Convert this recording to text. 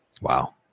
wow